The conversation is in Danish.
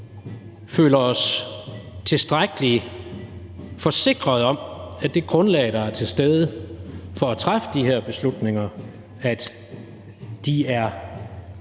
føler os ikke tilstrækkeligt forsikret om, at det grundlag, der er til stede for at træffe de her beslutninger, er